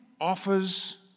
offers